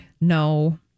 No